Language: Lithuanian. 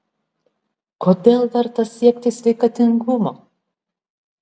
kodėl verta siekti sveikatingumo